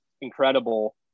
incredible